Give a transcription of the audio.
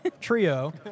trio